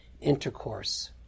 intercourse